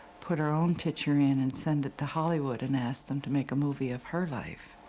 put her own picture in and send it to hollywood and ask them to make a movie of her life.